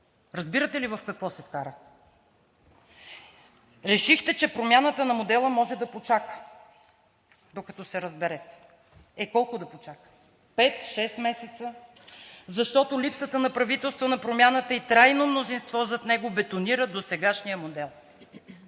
Разбирате ли в какво се вкарахте? Решихте, че промяната на модела може да почака, докато се разберете. Е, колко да почака – пет, шест месеца? Защото липсата на правителство на промяната и трайно мнозинство зад него бетонират досегашния модел.